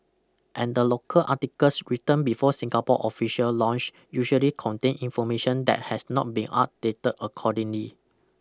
and the local articles written before Singapore's official launch usually contain information that has not been updated accordingly